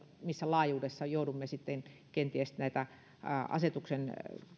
missä laajuudessa joudumme sitten kenties näitä asetuksen